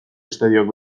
estadioak